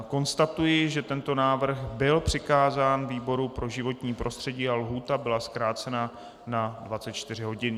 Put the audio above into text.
Konstatuji, že tento návrh byl přikázán výboru pro životní prostředí a lhůta byla zkrácena na 24 hodin.